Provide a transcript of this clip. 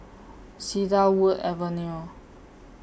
Cedarwood Avenue